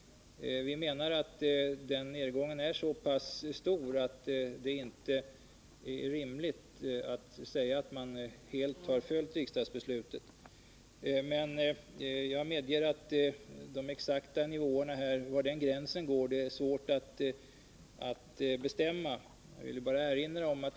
Vi menar att den är så stor att det inte är rimligt att säga att regeringen helt har följt riksdagsbeslutet. Men jag medeger att det är svårt att bestämma den exakta nivån.